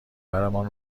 برمان